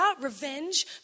revenge